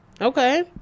Okay